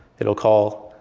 it will call